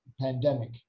pandemic